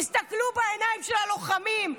תסתכלו בעיניים של הלוחמים,